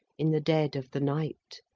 in the dead of the night,